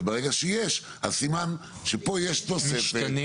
וברגע שיש אז סימן שפה יש תוספת,